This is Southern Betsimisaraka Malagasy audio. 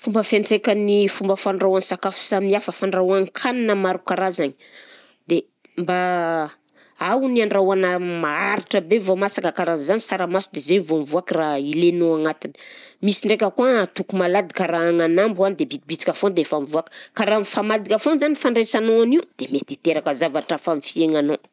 Fomba fiantraikan'ny fomba fandrahoan-sakafo samihafa fandrahoan-kanina maro karazagny, dia mba ao ny andrahoana maharitra e vao masaka karaha zany saramaso izay vao mivoaka raha ilainao ao agnatiny, misy ndraika koa atoko malady karaha agnanambo an dia bitibitika foagna dia efa mivoaka ka raha mifamadika foagna zany fandraisanao an'io dia mety hiteraka zavatra hafa amin'ny fiaignanao